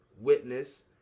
witness